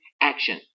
action